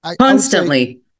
constantly